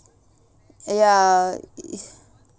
ya